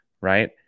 right